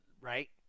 right